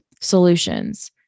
solutions